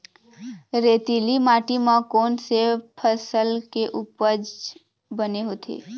रेतीली माटी म कोन से फसल के उपज बने होथे?